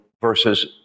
versus